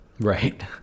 Right